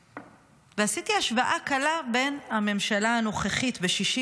ועשיתי השוואה קלה בין הממשלה הנוכחית ב-60